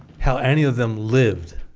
how any of them lived